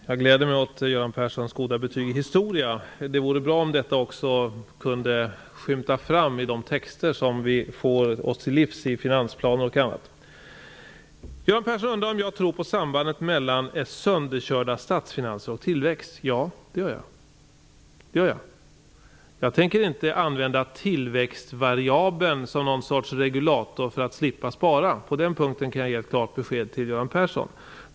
Herr talman! Jag gläder mig åt Göran Perssons goda betyg i historia. Det vore bra om detta kunde skymta fram också i de texter som vi får oss till livs i finansplaner och annat. Göran Persson undrade om jag tror på sambandet mellan sönderkörda statsfinanser och tillväxt. Ja, det gör jag. Jag tänker inte använda tillväxtvariabeln som någon sorts regulator för att slippa spara. På den punkten kan jag ge ett klart besked till Göran Persson.